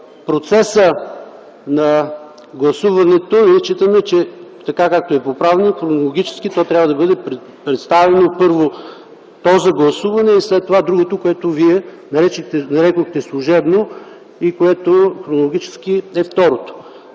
процеса на гласуването ние считаме, че така както е по правилник – хронологически, то трябва да бъде представено - първо то за гласуване, и след това другото, което Вие нарекохте служебно и което логически е второто.